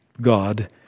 God